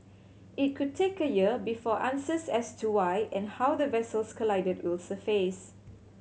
it could take a year before answers as to why and how the vessels collided will surface